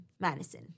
Madison